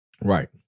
right